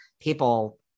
people